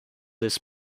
this